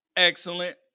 Excellent